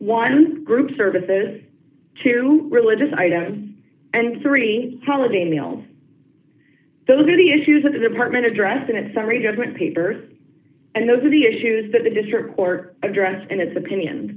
one group services to religious items and three holiday meals those are the issues that the department addressed in a summary judgment papers and those are the issues that the district court addressed and its opinion